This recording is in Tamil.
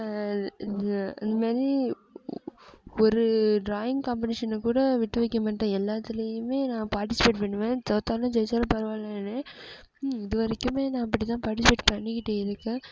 இது இதுமாதிரி ஒரு டிராயிங் காம்பட்டிஷனைக்கூட விட்டுவைக்கமாட்டேன் எல்லாத்திலேயுமே நான் பார்ட்டிசிபேட் பண்ணுவேன் தோற்றாலும் ஜெயிச்சாலும் பரவாயில்லன்னு இதுவரைக்கும் நான் அப்படித்தான் பண்ணிக்கிட்டு இருக்கேன்